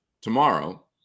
tomorrow